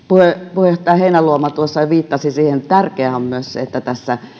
puheenjohtaja heinäluoma tuossa jo viittasi siihen että tärkeää on myös se että tässä